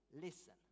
listen